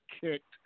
kicked